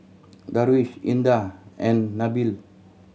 Darwish Indah and Nabil